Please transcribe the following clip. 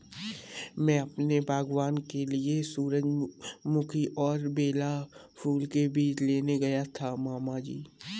मैं अपने बागबान के लिए सूरजमुखी और बेला फूल के बीज लेने गया था मामा जी